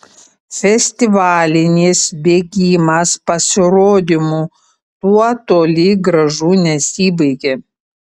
festivalinis bėgimas pasirodymu tuo toli gražu nesibaigė